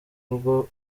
bwo